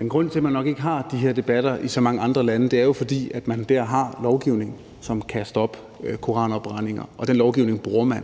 Men grunden til, at man nok ikke har de her debatter i så mange andre lande, er jo, at man der har lovgivning, som kan stoppe koranafbrændinger, og den lovgivning bruger man